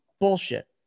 bullshit